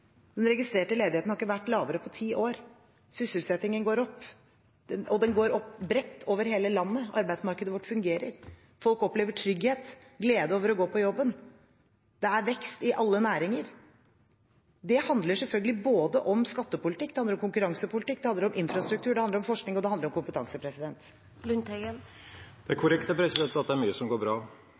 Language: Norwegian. Den registrerte ledigheten har ikke vært lavere på ti år. Sysselsettingen går opp, og den går opp bredt over hele landet. Arbeidsmarkedet vårt fungerer. Folk opplever trygghet, glede over å gå på jobben. Det er vekst i alle næringer. Det handler selvfølgelig om skattepolitikk, det handler om konkurransepolitikk, det handler om infrastruktur, det handler om forskning, og det handler om kompetanse. Det er korrekt at det er mye som går bra.